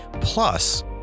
Plus